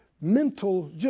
mental